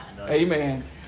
Amen